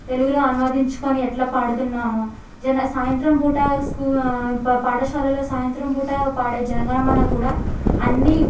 తెలుగులో అనువదించుకొని ఎట్లా పాడుతున్నామొ జన సాయంత్రం పూట స్కూ ప పాఠశాలలో సాయంత్రం పూట పాడే జనగణమన కూడా అన్నీ